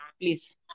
please